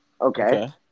Okay